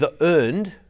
earned